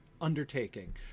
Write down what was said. undertaking